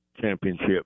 championship